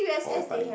all time